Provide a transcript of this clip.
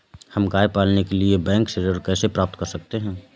हम गाय पालने के लिए बैंक से ऋण कैसे प्राप्त कर सकते हैं?